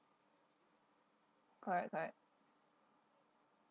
correct correct